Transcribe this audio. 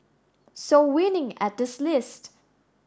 so winning at this list